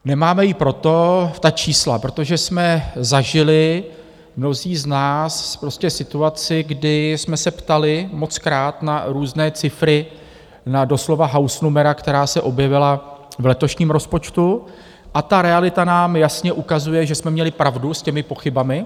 Nemáme ji proto v ta čísla, protože jsme zažili mnozí z nás prostě situaci, kdy jsme se ptali mockrát na různé cifry, na doslova hausnumera, která se objevila v letošním rozpočtu, a ta realita nám jasně ukazuje, že jsme měli pravdu s těmi pochybami.